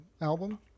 album